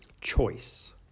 choice